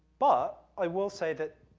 but i will say that,